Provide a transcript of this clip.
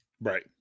right